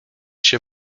się